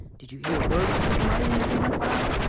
did you hear the words he was muttering as he went by?